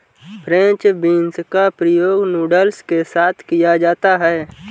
French beans का प्रयोग noodles के साथ किया जाता है